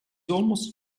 almost